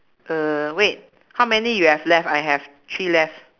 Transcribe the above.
uh wait how many you have left I have three left